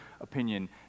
opinion